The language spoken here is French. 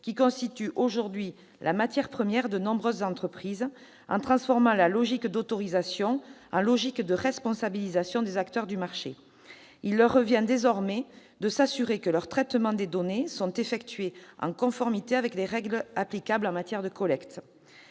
qui constituent aujourd'hui la matière première de nombreuses entreprises, en transformant la logique d'autorisation en logique de responsabilisation des acteurs du marché. Il revient désormais à ces derniers de s'assurer que leurs traitements des données sont effectués en conformité avec les règles applicables en matière de collecte.